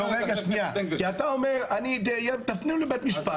רגע שנייה, כי אתה אומר 'תפנו לבית המשפט'.